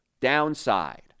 downside